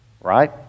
right